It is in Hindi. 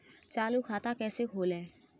चालू खाता कैसे खोलें?